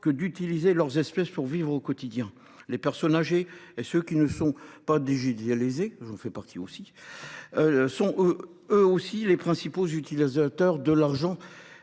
que d’utiliser leurs espèces pour vivre au quotidien. Les personnes âgées et ceux qui ne sont pas familiers du numérique – j’en fais partie !– sont eux aussi les principaux utilisateurs de l’argent